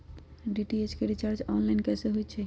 DTH के recharge online कैसे होईछई?